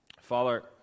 Father